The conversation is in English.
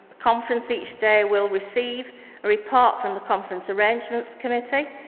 conference each day will receive a report from the conference arrangements committee.